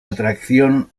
atracción